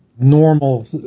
normal